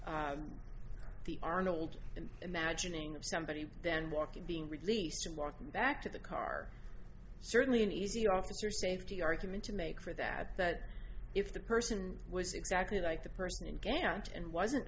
the arnold and imagining of somebody then walking being released and walking back to the car certainly an easy officer safety argument to make for that that if the person was exactly like the person you can't and wasn't